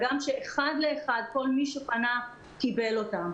הגם שאחד לאחד כל מי שפנה קיבל אותן.